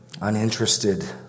uninterested